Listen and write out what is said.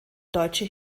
deutsche